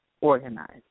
Organized